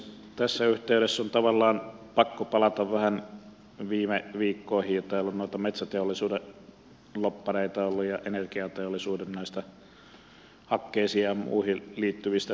tässä yhteydessä on tavallaan pakko palata vähän viime viikkoihin täällä on noita metsäteollisuuden ja energiateollisuuden lobbareita ollut hakkeisiin ja muihin liittyvistä tuista